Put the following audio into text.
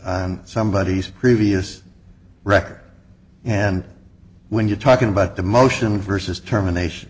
somebodies previous record and when you're talking about the motion versus termination